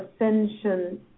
ascension